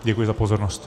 Děkuji za pozornost.